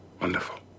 wonderful